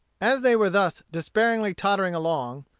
as they were thus despairingly tottering along,